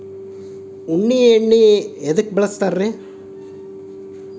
ಉಣ್ಣಿ ಎಣ್ಣಿ ಎದ್ಕ ಬಳಸ್ತಾರ್?